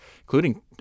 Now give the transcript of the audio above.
including